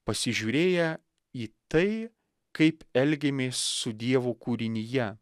pasižiūrėję į tai kaip elgiamės su dievo kūrinija